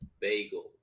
bagel